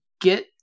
get